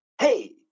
hey